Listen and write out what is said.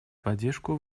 поддержку